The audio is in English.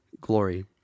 glory